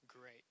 great